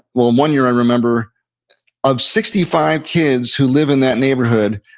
well, one year, i remember of sixty five kids who live in that neighborhood,